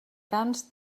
camps